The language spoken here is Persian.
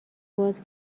باز